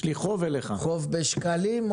הנגב והגליל עודד פורר: יש חוב לחבר הכנסת סופר.